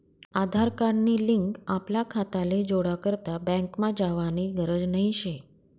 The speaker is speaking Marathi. आधार कार्ड नी लिंक आपला खाताले जोडा करता बँकमा जावानी गरज नही शे